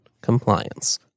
compliance